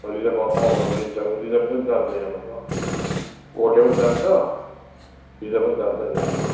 रिजार्भमा पाउँछ लिन्छ रिजार्भ पनि जान्छ यहाँबाट गोटे पनि जान्छ रिजार्भ पनि जान्छ यहाँबाट